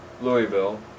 Louisville